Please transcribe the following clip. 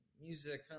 music